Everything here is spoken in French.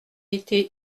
été